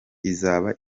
izaba